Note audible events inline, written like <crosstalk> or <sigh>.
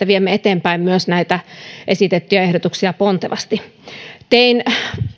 <unintelligible> viemme eteenpäin myös näitä esitettyjä ehdotuksia pontevasti tein